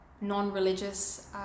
non-religious